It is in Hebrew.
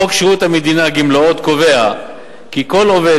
חוק שירות המדינה (גמלאות) קובע כי כל עובד,